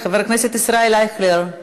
חבר הכנסת ישראל אייכלר,